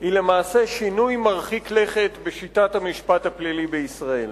היא למעשה שינוי מרחיק לכת בשיטת המשפט הפלילי בישראל.